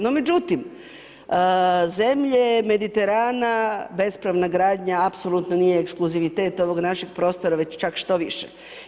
No, međutim, zemlje Mediterana, bespravna gradnja, apsolutno nije eksluzivitet ovog našeg prostora već čak štoviše.